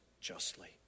justly